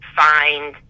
find